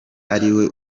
ariwe